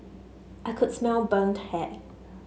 I could smell burnt hair